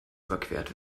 überquert